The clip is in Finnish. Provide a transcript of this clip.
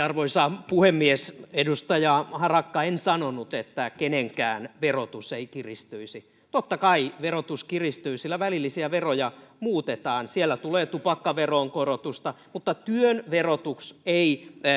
arvoisa puhemies edustaja harakka en sanonut että kenenkään verotus ei kiristyisi totta kai verotus kiristyy sillä välillisiä veroja muutetaan siellä tulee tupakkaveron korotusta mutta työn verotus ei